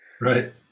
Right